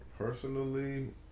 Personally